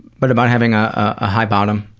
but about having a ah high bottom.